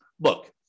look